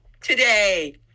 today